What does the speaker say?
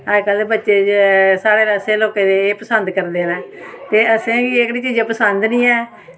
अजकल्ल बच्चे साढ़े पासै दे बच्चे एह् पसंद करदे न ते असें ई एह्कड़ी चीजां पसंद निं हैन